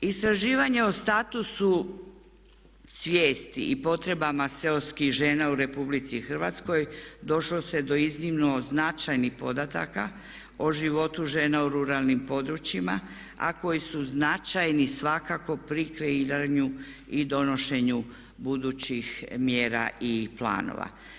Istraživanje o statusu svijesti i potrebama seoskih žena u RH došlo se do iznimno značajnih podataka o životu žena u ruralnim područjima a koji su značajni svakako pri kreiranju i donošenju budućih mjera i planova.